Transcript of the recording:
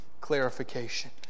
clarification